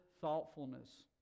thoughtfulness